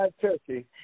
turkey